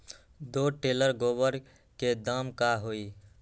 दो टेलर गोबर के दाम का होई?